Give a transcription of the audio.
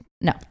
No